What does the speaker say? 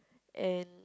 and